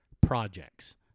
projects